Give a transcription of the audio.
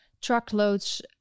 truckloads